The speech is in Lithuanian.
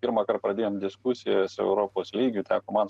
pirmąkart pradėjom diskusijas europos lygiu teko man